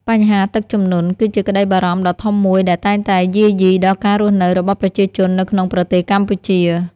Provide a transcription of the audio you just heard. បញ្ហាទឹកជំនន់ គឺជាក្តីបារម្ភដ៏ធំមួយដែលតែងតែយាយីដល់ការរស់នៅរបស់ប្រជាជននៅក្នុងប្រទេសកម្ពុជា។